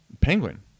Penguin